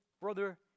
Brother